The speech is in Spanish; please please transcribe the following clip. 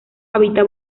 habita